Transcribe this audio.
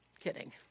Kidding